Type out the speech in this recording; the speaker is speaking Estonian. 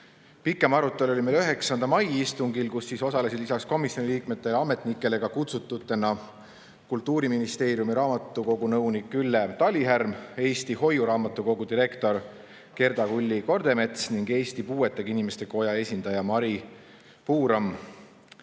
arutelu oli meil 9. mai istungil, kus osalesid lisaks komisjoni liikmetele ja ametnikele kutsututena ka Kultuuriministeeriumi raamatukogunõunik Ülle Talihärm, Eesti Hoiuraamatukogu direktor Gerda Kulli-Kordemets ning Eesti Puuetega Inimeste Koja esindaja Mari Puuram.